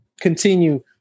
continue